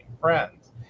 friends